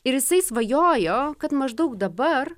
ir jisai svajojo kad maždaug dabar